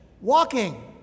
Walking